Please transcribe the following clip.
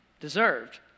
deserved